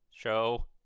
show